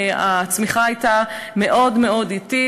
הצמיחה הייתה מאוד אטית.